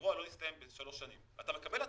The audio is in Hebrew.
והאירוע לא הסתיים בשלוש שנים, אתה מקבל התראה.